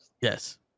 Yes